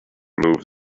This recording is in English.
moved